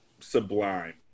Sublime